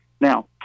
Now